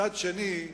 מצד שני,